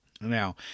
Now